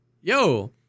yo